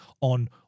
on